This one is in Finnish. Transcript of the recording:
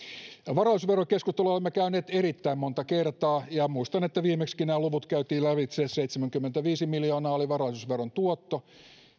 varallisuusverokeskustelua olemme käyneet erittäin monta kertaa ja muistan että viimeksikin nämä luvut käytiin lävitse seitsemänkymmentäviisi miljoonaa oli varallisuusveron tuotto